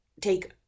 take